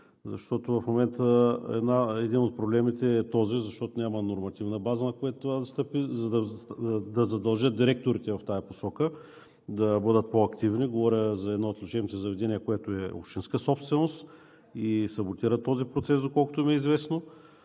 Защото в момента един от проблемите е този, защото няма нормативна база, на която това да стъпи, за да задължат директорите в тази посока да бъдат по-активни. Говоря за едно от лечебните заведения, което е общинска собственост и саботира този процес, доколкото ми е известно